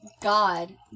God